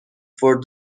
for